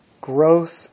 growth